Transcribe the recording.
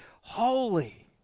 holy